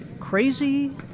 crazy